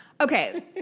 Okay